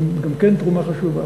גם כן עם תרומה חשובה,